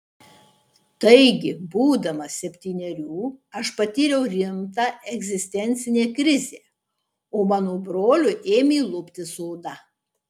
taigi būdamas septynerių aš patyriau rimtą egzistencinę krizę o mano broliui ėmė luptis oda